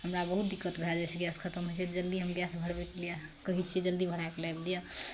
हमरा बहुत दिक्कत भए जाइ छै गैस खतम होइ छै तऽ जल्दी हम गैस भरबैके लिए कहैत छियै जल्दी भराय कऽ लाबि दिअ